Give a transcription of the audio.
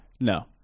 No